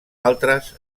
altres